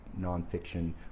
nonfiction